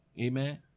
Amen